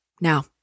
Now